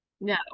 no